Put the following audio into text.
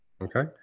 Okay